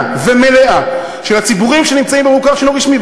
ומלאה של הציבורים שנמצאים במוכר שאינו רשמי,